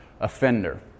offender